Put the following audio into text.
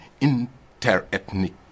inter-ethnic